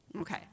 Okay